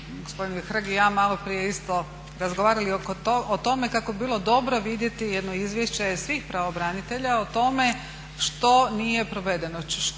gospodin Hrg i ja maloprije isto razgovarali o tome kako bi bilo dobro vidjeti jedno izvješće svih pravobranitelja o tome što nije provedeno, koje